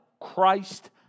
Christ